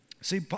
See